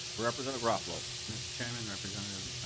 representative garofalo mr. chairman representative